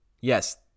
Yes